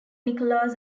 nicholas